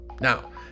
Now